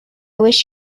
wish